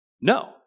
No